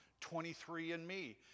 23andMe